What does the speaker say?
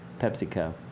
PepsiCo